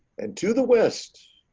and to the west,